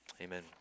Amen